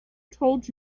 told